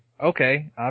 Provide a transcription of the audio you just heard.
okay